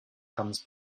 comes